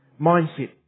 mindset